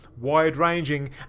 wide-ranging